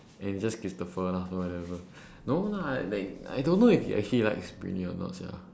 and it's just christopher lah whatever no lah like I don't know if he actually likes or not sia